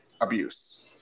abuse